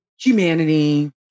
humanity